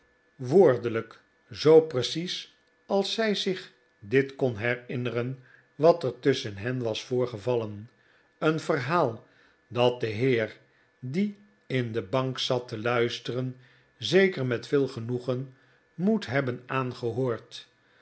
woordelijk zoo precies als zij zich dit kon herinneren wat er tusschen hen was voorgevallen een verhaal dat de heer die in de bank zat te luisteren zeker met veel genoegen moet hebben aangehoord